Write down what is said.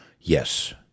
yes